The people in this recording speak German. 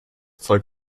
zeug